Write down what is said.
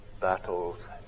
battles